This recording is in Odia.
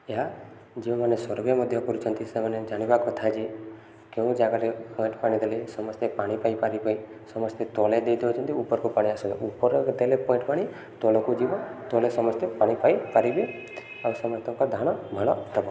ଏହା ଯେଉଁମାନେ ସର୍ଭେ ମଧ୍ୟ କରିୁଛନ୍ତି ସେମାନେ ଜାଣିବା କଥା ଯେ କେଉଁ ଜାଗାରେ ପଏଣ୍ଟ ପାଣି ଦେଲେ ସମସ୍ତେ ପାଣି ପାଇପାରିବେ ସମସ୍ତେ ତଳେ ଦେଇଦଉନ୍ତି ଉପରକୁ ପାଣି ଆସୁଛନ୍ତି ଉପର ଦେଲେ ପଏଣ୍ଟ ପାଣି ତଳକୁ ଯିବ ତଳେ ସମସ୍ତେ ପାଣି ପାଇପାରିବେ ଆଉ ସମସ୍ତଙ୍କ ଧାନ ଭଲ ଦବ